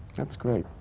that's great.